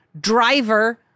Driver